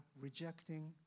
rejecting